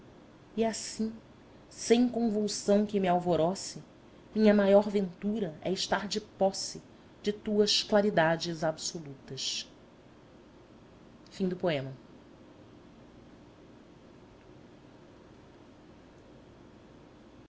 executas e assim sem convulsão que me alvorece minha maior ventura é estar de posse de tuas claridades absolutas quando o homem